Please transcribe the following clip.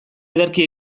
ederki